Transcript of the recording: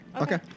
Okay